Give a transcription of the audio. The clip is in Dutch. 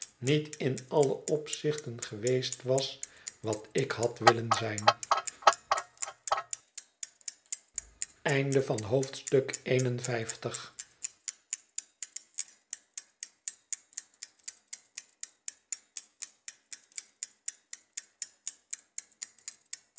niet in alle opzichten geweest was wat ik had willen zijn